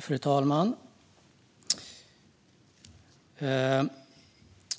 Fru talman!